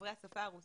לדוברי השפה הרוסית,